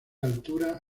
altura